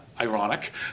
ironic